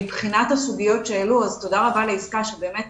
מבחינת הסוגיות שהעלו, תודה רבה ליסכה שבאמת